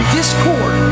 Discord